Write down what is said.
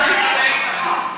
האזרחים הקטנים.